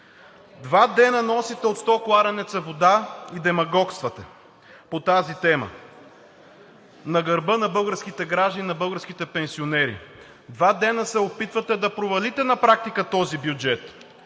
Два дена носите от 100 кладенеца вода и демагогствате по тази тема на гърба на българските граждани, на гърба на българските пенсионери. Два дена се опитвате да провалите на практика този бюджет.